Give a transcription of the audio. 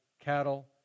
cattle